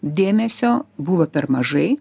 dėmesio buvo per mažai